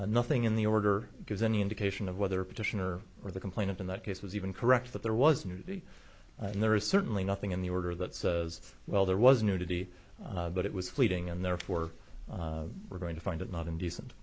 all nothing in the order gives any indication of whether petitioner or the complainant in that case was even correct that there was news and there is certainly nothing in the order that says well there was nudity but it was fleeting and therefore we're going to find it not indecent